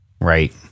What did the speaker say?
Right